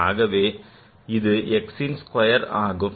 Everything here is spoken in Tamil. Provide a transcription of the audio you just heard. ஆகவே இது xன் ஸ்கொயர் ஆகும்